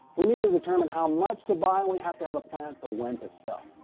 we need to determine how much to buy, and we have to have a plan for when to sell.